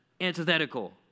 antithetical